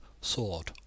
sword